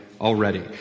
Already